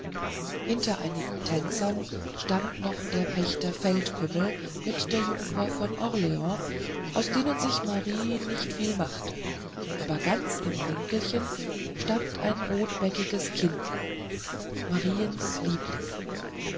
hinter einigen tänzern stand noch der pachter feldkümmel mit der jungfrau von orleans aus denen sich marie nicht viel machte aber ganz im winkelchen stand ein rotbäckiges kindlein mariens liebling